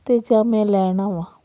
ਅਤੇ ਜਾਂ ਮੈਂ ਲੈਣ ਆਵਾਂ